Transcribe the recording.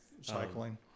cycling